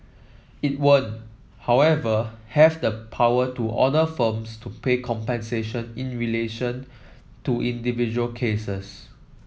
it won't however have the power to order firms to pay compensation in relation to individual cases